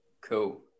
Cool